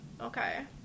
Okay